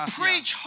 preach